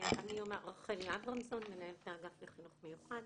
רחלי אברמזון, מנהלת האגף לחינוך מיוחד.